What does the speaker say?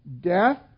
death